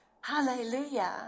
Hallelujah